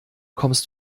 kommst